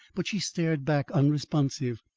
but she stared back, unresponsive.